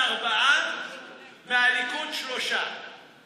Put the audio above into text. (הישיבה נפסקה בשעה 13:07 ונתחדשה בשעה 20:55.)